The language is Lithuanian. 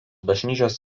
bažnyčios